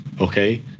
Okay